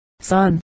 Son